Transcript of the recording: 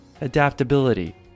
adaptability